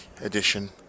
edition